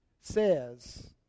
says